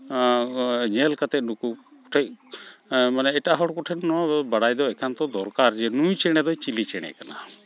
ᱧᱮᱞ ᱠᱟᱛᱮᱫ ᱱᱩᱠᱩ ᱴᱷᱮᱡ ᱢᱟᱱᱮ ᱮᱴᱟᱜ ᱦᱚᱲ ᱠᱚᱴᱷᱮᱱ ᱱᱚᱣᱟ ᱵᱟᱰᱟᱭ ᱫᱚ ᱮᱠᱟᱱᱛᱚ ᱫᱚᱨᱠᱟᱨ ᱡᱮ ᱱᱩᱭ ᱪᱮᱬᱮ ᱫᱚᱭ ᱪᱤᱞᱤ ᱪᱮᱬᱮ ᱠᱟᱱᱟ